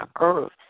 earth